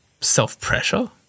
self-pressure